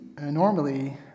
normally